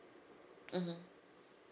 mmhmm